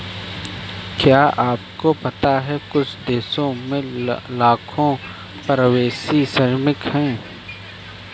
क्या आपको पता है कुछ देशों में लाखों प्रवासी श्रमिक हैं?